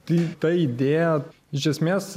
tai ta idėja iš esmės